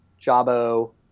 jabo